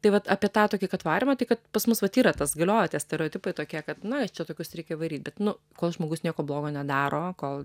tai vat apie tą tokį kad varymą tai kad pas mus vat yra tas galioja tie stereotipai tokie kad na čia tokius reikia varyt bet nu kol žmogus nieko blogo nedaro kol